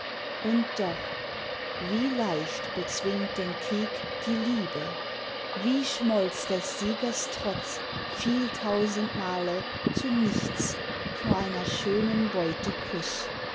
und doch wie leicht bezwingt den krieg die liebe wie schmolz des siegers trotz viel tausend male zu nichts vor einer schönen